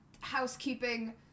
Housekeeping